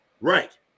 Right